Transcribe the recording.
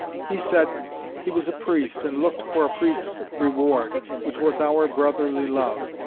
he said he was a priest, and looked for a priest's reward which was our brotherly love,